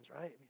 right